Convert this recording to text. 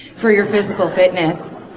for your physical fitness.